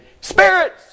spirits